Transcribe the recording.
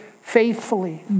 faithfully